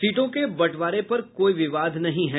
सीटों के बंटवारें पर कोई विवाद नहीं है